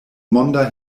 monda